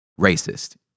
racist